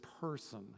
person